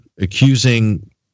accusing